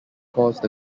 caused